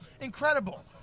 Incredible